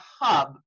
hub